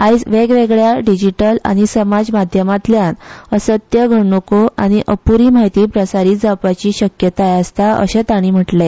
आयज वेगवेगळ्या डिजिटल आनी सामाज माध्यमातल्यान असत्य घडणूको आनी अप्री म्हायती प्रसारीत जावपाची शक्यताय आसता अशें तांणी म्हणले